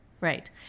Right